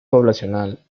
poblacional